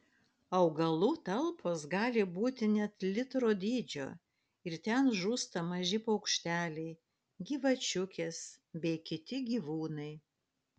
augalų talpos gali būti net litro dydžio ir ten žūsta maži paukšteliai gyvačiukės bei kiti gyvūnai